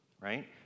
Right